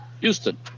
Houston